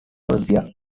mercia